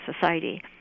society